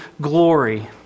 glory